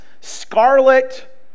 scarlet